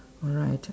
alright